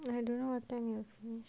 I don't know what time you free